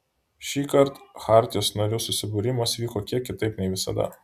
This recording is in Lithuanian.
šįkart chartijos narių susibūrimas vyko kiek kitaip nei visada